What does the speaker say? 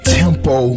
tempo